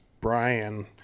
brian